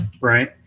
right